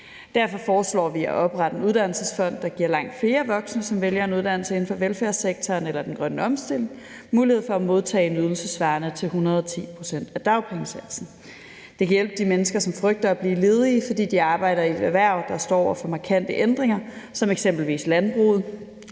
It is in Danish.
Derfor foreslår vi at oprette en uddannelsesfond, der giver langt flere voksne, som vælger en uddannelse inden for velfærdssektoren eller den grønne omstilling, mulighed for at modtage en ydelse svarende til 110 pct. af dagpengesatsen. Det kan hjælpe de mennesker, som frygter at blive ledige, fordi de arbejder i et erhverv, der står over for markante ændringer som eksempelvis landbruget,